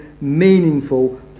meaningful